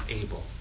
able